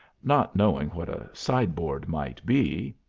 not knowing what a sideboard might be,